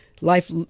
life